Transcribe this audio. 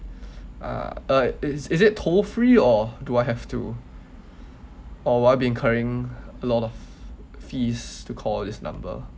uh uh is is it a toll free or do I have to or would I be incurring a lot of fees to call this number